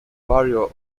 barrio